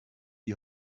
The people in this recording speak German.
die